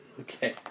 Okay